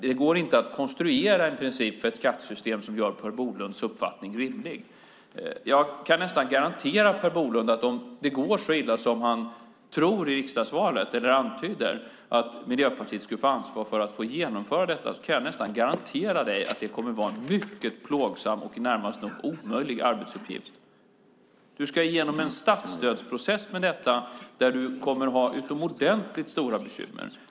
Det går inte att konstruera en sådan princip för ett skattesystem att Per Bolunds uppfattning blir rimlig. Om det går så illa i riksdagsvalet som Per Bolund antyder, att Miljöpartiet får ansvar för att genomföra detta, kan jag nästan garantera att det kommer att vara en mycket plågsam och närmast omöjlig arbetsuppgift. Du ska igenom en statsstödsprocess där du kommer att ha utomordentligt stora bekymmer.